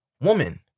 woman